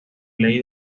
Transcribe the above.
ley